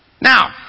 Now